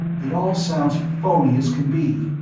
it all sounds phony as can be.